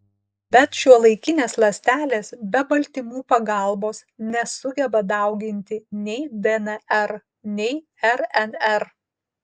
bet šiuolaikinės ląstelės be baltymų pagalbos nesugeba dauginti nei dnr nei rnr